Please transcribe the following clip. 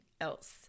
else